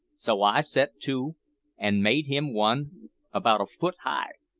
so i set to an' made him one about a futt high.